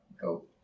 Go